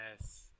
Yes